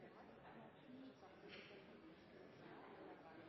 det kan vere til